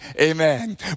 Amen